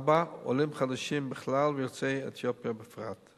4. עולים חדשים בכלל ויוצאי אתיופיה בפרט,